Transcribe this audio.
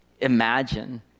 imagine